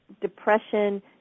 depression